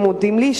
" הם מודים לי,